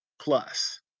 plus